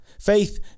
Faith